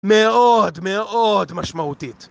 מאוד מאוד משמעותית